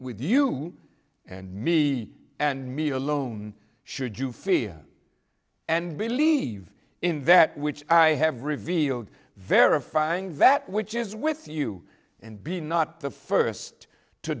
with you and me and me alone should you fear and believe in that which i have revealed verifying that which is with you and be not the first to